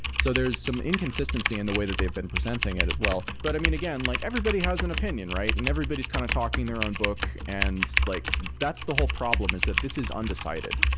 so there is some inconsistency in the way that they've been presenting it as well. but i mean, again like everybody has an opinion and and everybody's kind of talking their own book and like that's the whole problem, is that this is undecided.